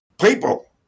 People